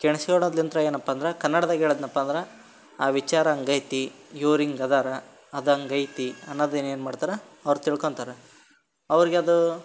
ಕೇಳಿಸ್ಕೊಳೋದ್ಲಿಂತ್ರ ಏನಪ್ಪ ಅಂದ್ರೆ ಕನ್ನಡ್ದಾಗ ಹೇಳಿದ್ನಪ್ಪ ಅಂದ್ರೆ ಆ ವಿಚಾರ ಹಾಗಿದೆ ಇವ್ರು ಹೀಗ್ ಇದಾರೆ ಅದು ಹಾಗಿದೆ ಅನ್ನೋದನ್ನು ಏನು ಮಾಡ್ತಾರೆ ಅವ್ರು ತಿಳ್ಕೊತಾರೆ ಅವ್ರಿಗೆ ಅದೂ